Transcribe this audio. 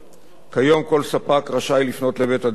כיום כל ספק רשאי לפנות לבית-הדין על מנת